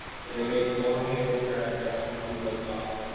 so they make long-handled scratch pads that can clean those off.